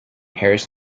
harris